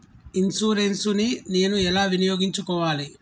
Insurance ని నేను ఎలా వినియోగించుకోవాలి?